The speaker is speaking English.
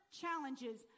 challenges